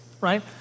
Right